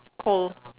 cold